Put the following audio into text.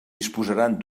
disposaran